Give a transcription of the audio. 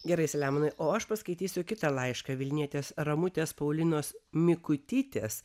gerai selemonai o aš paskaitysiu kitą laišką vilnietės ramutės paulinos mikutytės